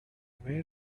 were